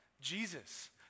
Jesus